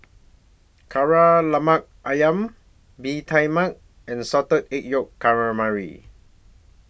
Kari Lemak Ayam Bee Tai Mak and Salted Egg Yolk Calamari